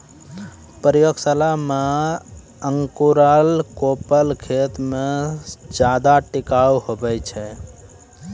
प्रयोगशाला मे अंकुराएल कोपल खेत मे ज्यादा टिकाऊ हुवै छै